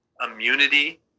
Immunity